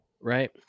Right